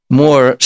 more